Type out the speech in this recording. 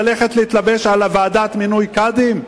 ללכת להתלבש על הוועדה למינוי קאדים?